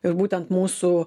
ir būtent mūsų